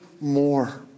more